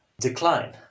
decline